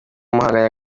muhanga